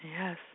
Yes